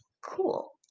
cool